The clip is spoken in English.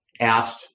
asked